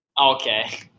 Okay